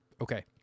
Okay